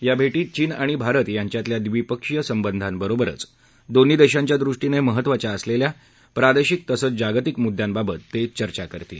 या भेटीत चीन आणि भारत यांच्यातल्या द्विपक्षीय संबंधांबरोबरच दोन्ही देशांच्यादृष्टीने महत्त्वाच्या असलेल्या प्रादेशिक तसंच जागतिक मुद्यांबाबत ते चर्चा करणार आहेत